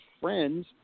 friends